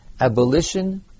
abolition